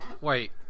Wait